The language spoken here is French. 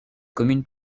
commune